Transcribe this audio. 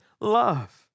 love